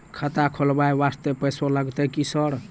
खाता खोलबाय वास्ते पैसो लगते की सर?